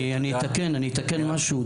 אני אתקן משהו.